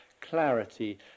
clarity